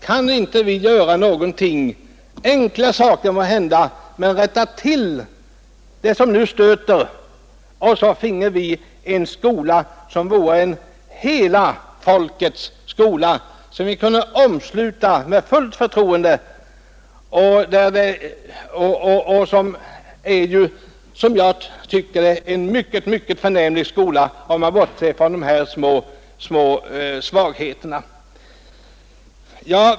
Kan vi inte genomföra någonting — måhända enkla åtgärder — för att rätta till det som nu stöter människorna, så att vi finge en skola som vore en hela folkets skola och som vi kunde omsluta med fullt förtroende? Jag tycker också att vår skola, bortsett från de här små svagheterna, är en förnämlig skola.